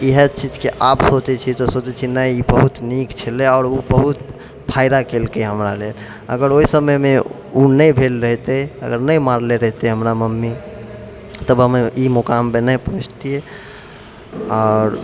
इहै चीज के आब सोचै छियै तऽ सोचै छियै नहि ई बहुत नीक छलै आओर ओ बहुत फायदा केलकै हमरा ले अगर ओहि समय मे ओ नहि भेल रहिते अगर नहि मारले रहिते हमरा मम्मी तऽ हमे ई मुकाम पर नहि पहुँचतिऐ आओर